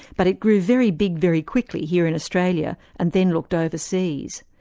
but it grew very big, very quickly, here in australia and then looked overseas.